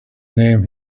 name